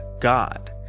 God